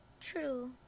True